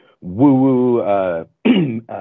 woo-woo